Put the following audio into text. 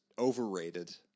overrated